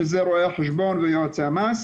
שזה רואי החשבון ויועצי המס.